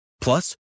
Plus